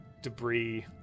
Debris